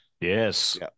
Yes